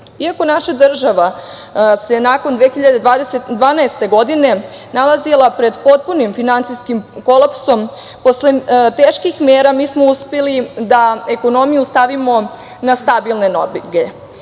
naša država se nakon 2012. godine nalazila pred potpunim finansijskim kolapsom, posle teških mera mi smo uspeli da ekonomiju stavimo na stabilne noge